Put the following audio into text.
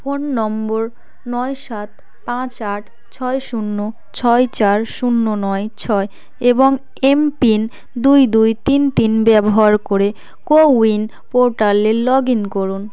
phone নম্বর নয় সাত পাঁচ আট ছয় শূন্য ছয় চার শূন্য নয় ছয় এবং এমপিন দুই দুই তিন তিন ব্যবহার করে কোউইন পোর্টালে লগ ইন করুন